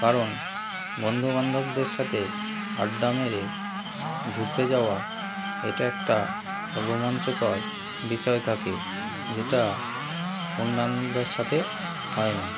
কারণ বন্ধু বান্ধবদের সাথে আড্ডা মেরে ঘুরতে যাওয়া এটা একটা রোমাঞ্চকর বিষয় তাকে যেটা অন্যান্যদের সাথে হয় না